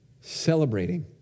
celebrating